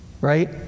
right